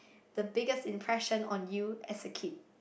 the biggest impression on you as a kid